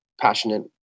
passionate